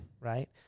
right